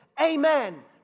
Amen